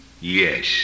Yes